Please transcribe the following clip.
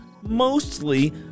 mostly